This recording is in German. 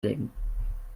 legen